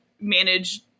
manage